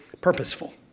purposeful